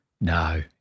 No